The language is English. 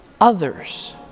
Others